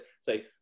say